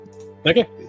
Okay